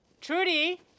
Trudy